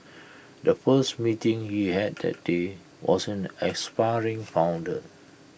the first meeting he had that day was with an aspiring founder